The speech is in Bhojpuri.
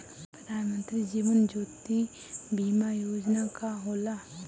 प्रधानमंत्री जीवन ज्योति बीमा योजना का होला?